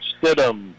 Stidham